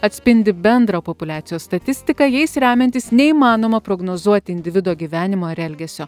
atspindi bendrą populiacijos statistiką jais remiantis neįmanoma prognozuoti individo gyvenimo ir elgesio